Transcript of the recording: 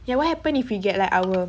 ya what happen if we get like our